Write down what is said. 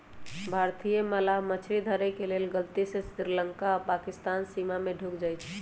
भारतीय मलाह मछरी धरे के लेल गलती से श्रीलंका आऽ पाकिस्तानके सीमा में ढुक जाइ छइ